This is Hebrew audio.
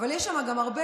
אבל יש שם גם הרבה,